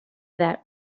that